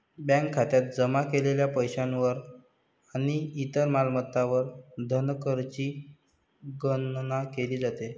bank खात्यात जमा केलेल्या पैशावर आणि इतर मालमत्तांवर धनकरची गणना केली जाते